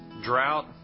drought